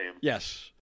Yes